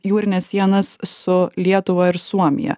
jūrines sienas su lietuva ir suomija